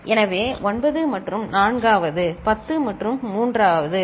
எனவே 9 மற்றும் 4 வது 10 மற்றும்3 வது சரி